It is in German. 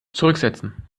zurücksetzen